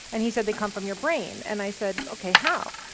and he said, they come from your brain. and i said, okay. how?